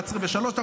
11:03,